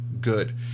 good